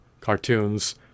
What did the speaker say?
cartoons